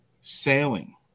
sailing